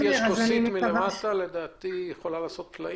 אפליקציית "המגן" נועדה להוות כלי